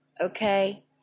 okay